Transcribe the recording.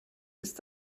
ist